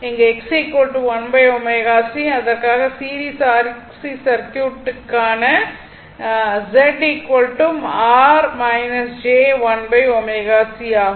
இங்கு Xc 1 ω c அதற்காக series R C சர்க்யூட்டுக்கு Z R j 1 ω c ஆகும்